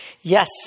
Yes